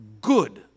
good